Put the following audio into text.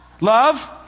Love